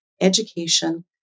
education